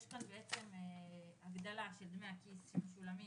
יש כאן בעצם הגדלה של דמי הכיס שמשולמים